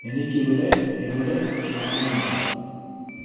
എനിക്ക് ഇവിടെ എവിടെ ഷോപ്പിംഗ് നടത്താം